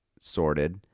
sorted